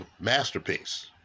masterpiece